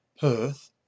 Perth